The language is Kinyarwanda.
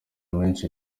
menshi